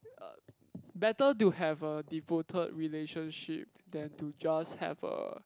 uh better to have a devoted relationship than to just have a